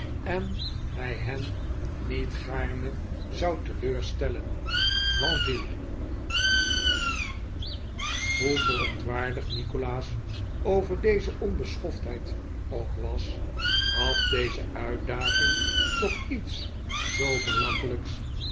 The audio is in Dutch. en hij hen niet gaarne zou teleurstellen lenville hoe verontwaardigd nikolaas over deze onbeschoftheid ook was had deze uitdaging toch iets zoo belachelijks